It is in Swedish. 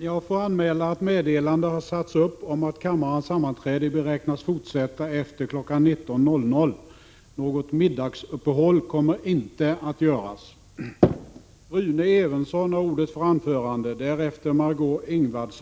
Jag får anmäla att meddelande har satts upp om att kammarens sammanträde beräknas fortsätta efter kl. 19.00. Något middagsuppehåll kommer inte att göras.